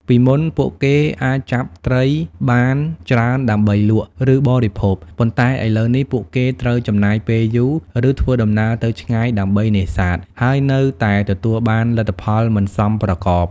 ពីមុនពួកគេអាចចាប់ត្រីបានច្រើនដើម្បីលក់ ឬបរិភោគ ប៉ុន្តែឥឡូវនេះពួកគេត្រូវចំណាយពេលយូរ ឬធ្វើដំណើរទៅឆ្ងាយដើម្បីនេសាទ ហើយនៅតែទទួលបានលទ្ធផលមិនសមប្រកប។